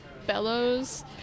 bellows